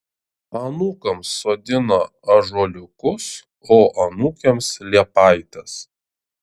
anūkams sodina ąžuoliukus o anūkėms liepaites